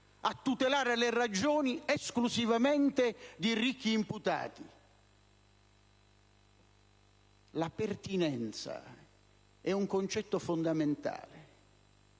a tutelare le ragioni esclusivamente di ricchi imputati. La pertinenza è un concetto fondamentale,